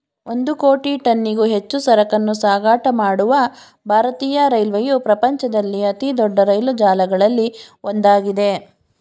ಒಂದು ಕೋಟಿ ಟನ್ನಿಗೂ ಹೆಚ್ಚು ಸರಕನ್ನೂ ಸಾಗಾಟ ಮಾಡುವ ಭಾರತೀಯ ರೈಲ್ವೆಯು ಪ್ರಪಂಚದಲ್ಲಿ ಅತಿದೊಡ್ಡ ರೈಲು ಜಾಲಗಳಲ್ಲಿ ಒಂದಾಗಿದೆ